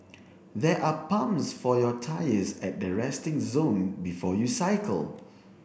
there are pumps for your tyres at the resting zone before you cycle